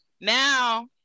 Now